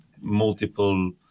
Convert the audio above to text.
multiple